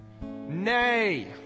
Nay